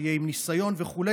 שיהיה עם ניסיון וכו',